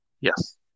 Yes